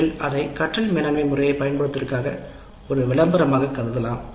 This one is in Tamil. நீங்கள் அதை கற்றல் மேலாண்மை முறையைப் பயன்படுத்துவதற்கான ஒருவிளம்பரமாக கருதலாம்